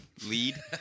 lead